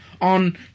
on